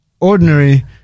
ordinary